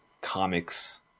comics